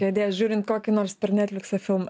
kėdės žiūrint kokį nors per netfliksą filmą